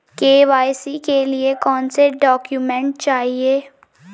KYC के लिए कौनसे डॉक्यूमेंट चाहिये?